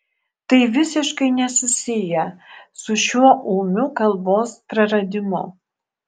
tai visiškai nesusiję su šiuo ūmiu kalbos praradimu